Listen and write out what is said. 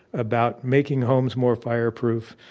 about making homes more fireproof,